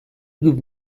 give